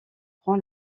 prend